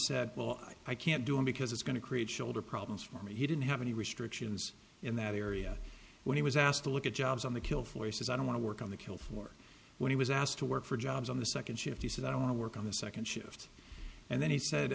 said well i can't do it because it's going to create shoulder problems for me he didn't have any restrictions in that area when he was asked to look at jobs on the kill forces i don't want to work on the kill for when he was asked to work for jobs on the second shift he said i want to work on the second shift and then he said